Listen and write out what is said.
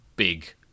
big